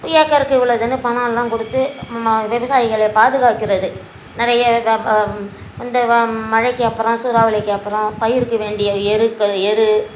ஏக்கருக்கு இவ்வளோ இதுன்னு பணலாம் கொடுத்து ம விவசாயிகளை பாதுகாக்கிறது நிறைய க இந்த வ மழைக்கு அப்பறம் சூறாவளிக்கு அப்பறம் பயிருக்கு வேண்டிய எருக்கள் எரு